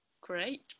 Great